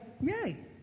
yay